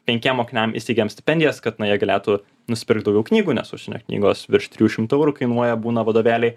penkiem mokiniam įsteigėm stipendijas kad na jie galėtų nusipirkt daugiau knygų nes užsienio knygos virš trijų šimtų eurų kainuoja būna vadovėliai